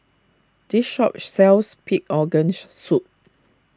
this shop sells Pig Organ Soup